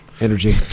energy